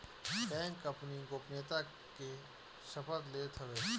bank अपनी गोपनीयता के शपथ लेत हवे